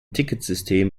ticketsystem